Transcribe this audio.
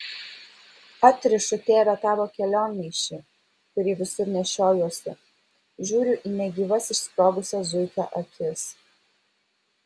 atrišu tėve tavo kelionmaišį kurį visur nešiojuosi žiūriu į negyvas išsprogusias zuikio akis